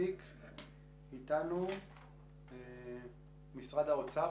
אתנו משרד האוצר.